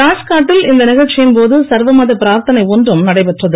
ராத்காட்டில் இந்த நிகழ்ச்சியின் போது சர்வமத பிராத்தனை ஒன்றும் நடைபெற்றது